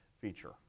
feature